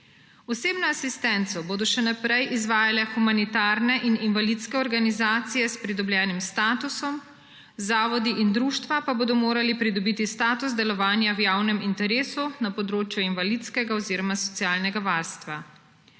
Osebno asistenco bodo še naprej izvajale humanitarne in invalidske organizacije s pridobljenim statusom, zavodi in društva pa bodo morali pridobiti status delovanja v javnem interesu na področju invalidskega oziroma socialnega varstva.